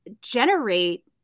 generate